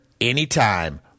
anytime